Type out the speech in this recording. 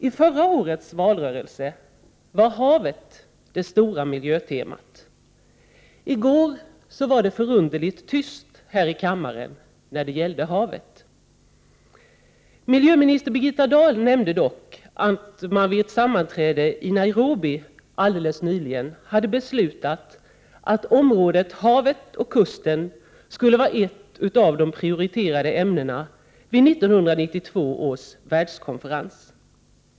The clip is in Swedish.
I förra årets valrörelse var havet det stora miljötemat. I går var det förunderligt tyst om havet här i kammaren. Miljöminister Birgitta Dahl nämnde dock att man vid ett sammanträde i Nairobi alldeles nyligen beslutat att området ”havet och kusten” skulle vara ett av de prioriterade ämnena vid 1992 års världskonferens.